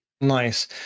Nice